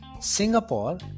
Singapore